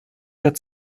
der